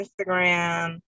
Instagram